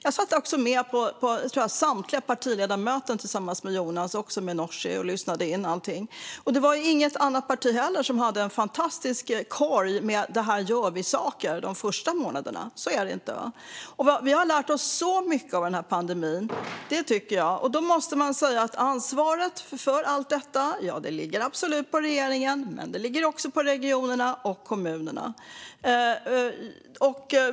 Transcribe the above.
Jag satt också med på samtliga partiledarmöten med Jonas och Nooshi och lyssnade, och inget parti hade någon fantastisk korg med åtgärder de där första månaderna. Vi har lärt oss massor av den här pandemin, och, ja, ansvaret för detta ligger på regeringen men också på regionerna och kommunerna.